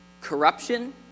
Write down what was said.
corruption